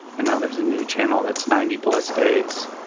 and now there's a new channel that's ninety plus days.